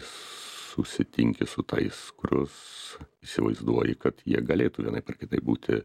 susitinki su tais kuriuos įsivaizduoji kad jie galėtų vienaip ar kitaip būti